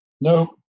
No